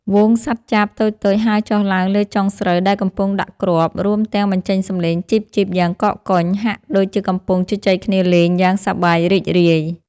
ហ្វូងសត្វចាបតូចៗហើរចុះឡើងលើចុងស្រូវដែលកំពុងដាក់គ្រាប់ រួមទាំងបញ្ចេញសំឡេង "ចីបៗ" យ៉ាងកកកុញ ហាក់ដូចជាកំពុងជជែកគ្នាលេងយ៉ាងសប្បាយរីករាយ។